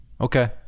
Okay